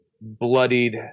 bloodied